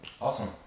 Awesome